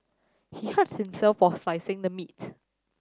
he hurt himself while slicing the meat